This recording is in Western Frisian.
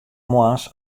moarns